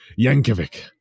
Yankovic